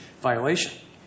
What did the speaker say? violation